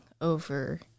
Over